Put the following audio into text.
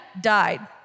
died